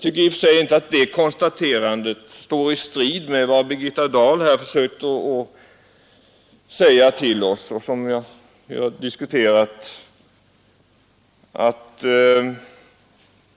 Jag anser i och för sig inte att det konstaterandet står i strid med vad Birgitta Dahl här har försökt säga till oss.